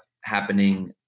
happening